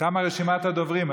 תמה רשימת הדוברים.